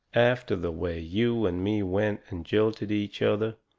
after the way you and me went and jilted each other,